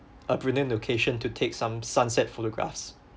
a brilliant location to take some sunset photographs